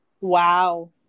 Wow